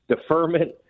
deferment